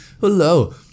Hello